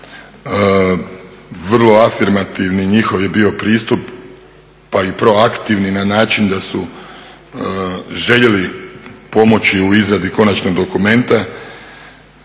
vrlo afirmativni njihov je bio pristup pa i proaktivni na način da su željeli pomoći u izradi konačnog dokumenta.